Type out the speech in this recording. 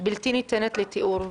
בלתי ניתנת לתיאור.